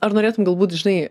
ar norėtum galbūt žinai